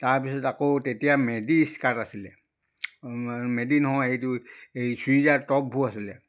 তাৰপিছত আকৌ তেতিয়া মেডি স্কাৰ্ট আছিলে মেডি নহয় সেইটো এই চুইজাৰ টপবোৰ আছিলে